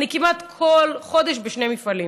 ואני כמעט כל חודש בשני מפעלים.